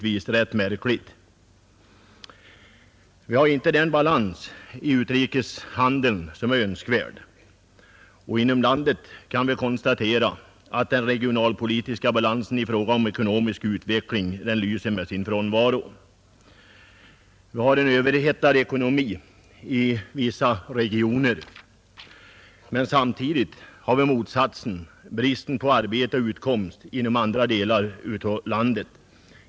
Vi har inte den balans i utrikeshandeln som är önskvärd. Inom landet kan vi konstatera att den regionalpolitiska balansen i fråga om ekonomisk utveckling lyser med sin frånvaro. Vi har en överhettad ekonomi i vissa regioner, men samtidigt har vi motsatsen — brist på arbete och utkomst — inom andra delar av landet.